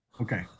Okay